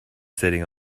sitting